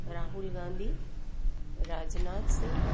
Rahul Gandhi Rajnath Singh